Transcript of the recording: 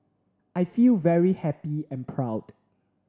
I feel very happy and proud